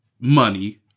money